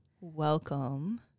Welcome